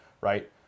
right